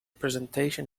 presentation